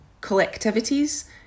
collectivities